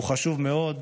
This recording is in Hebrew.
הוא חשוב מאוד.